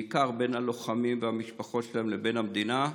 בעיקר בין הלוחמים והמשפחות שלהם לבין המדינה,